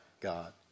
God